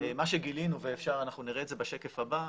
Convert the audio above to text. מה שגילינו ואנחנו נראה את זה בשקף הבא,